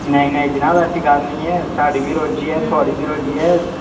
नेईं नेईं जनाब ऐसी गल्ल निं ऐ साढ़ी बी रोजी ऐ थुआढ़ी बी रोजी ऐ